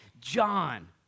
John